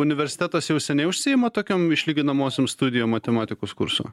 universitetas jau seniai užsiima tokiom išlyginamosiom studijom matematikos kurso